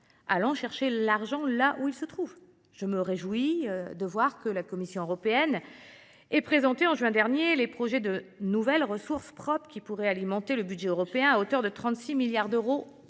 Allons chercher l’argent là où il se trouve ! Je me réjouis de voir que la Commission européenne a présenté en juin dernier un projet de nouvelles ressources propres qui pourraient alimenter le budget européen à hauteur de 36 milliards d’euros